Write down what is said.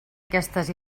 aquestes